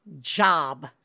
job